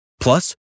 Plus